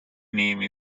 name